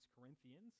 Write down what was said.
Corinthians